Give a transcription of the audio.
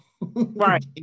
Right